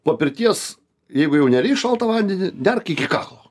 po pirties jeigu jau neri į šaltą vandenį nerk iki kaklo